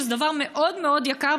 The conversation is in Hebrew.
שזה דבר מאוד מאוד יקר,